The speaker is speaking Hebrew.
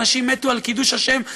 אנשים מתו על קידוש השם,